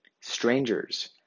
Strangers